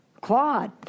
Claude